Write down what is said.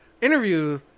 interview